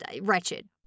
wretched